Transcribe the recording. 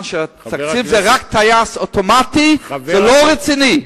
תקציב שזה רק טייס אוטומטי, זה לא רציני.